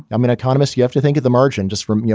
i'm an economist. you have to think at the margin just from, you